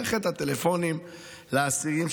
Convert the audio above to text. מערכת הטלפונים לאסירים,